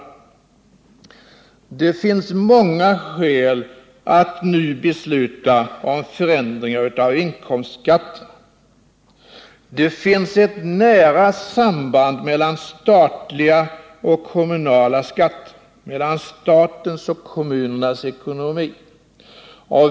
Det finns många skäl att nu besluta om förändringar av inkomstskatten. Det finns ett nära samband mellan statliga och kommunala skatter, mellan statens och kommunernas ekonomi.